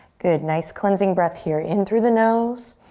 good, nice cleansing breath here in through the nose.